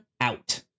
out